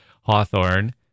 Hawthorne